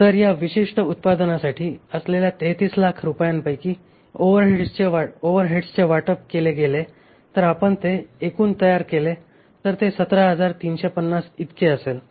तर या 1 विशिष्ट उत्पादनासाठी असलेल्या 3300000 रुपयांपैकी ओव्हरहेड्सचे वाटप केले गेले तर आपण ते एकूण केले तर हे 17350 इतके असेल